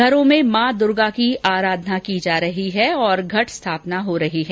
घरों में माँ दुर्गा की आराधना की जा रही है और घट स्थापना हो रही है